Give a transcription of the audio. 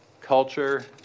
culture